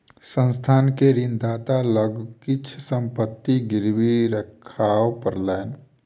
संस्थान के ऋणदाता लग किछ संपत्ति गिरवी राखअ पड़लैन